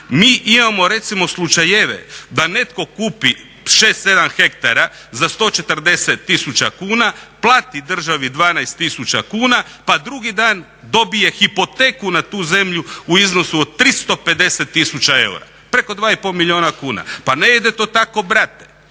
Mi imamo recimo slučajeve da netko kupi 6, 7 hektara za 140 tisuća kuna, plati državi 12 tisuća kuna pa drugi dan dobije hipoteku na tu zemlju u iznosu od 350 tisuća eura. Preko 2,5 milijuna kuna. Pa ne ide to tako brate.